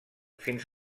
fins